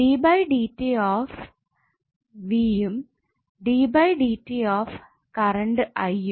D by dt of v യും d by dt of current i യും